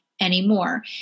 anymore